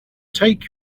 take